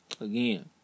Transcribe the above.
Again